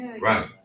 Right